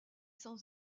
sans